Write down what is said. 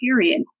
period